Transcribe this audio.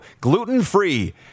gluten-free